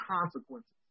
consequences